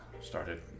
started